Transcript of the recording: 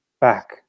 back